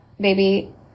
Baby